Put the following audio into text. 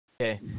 Okay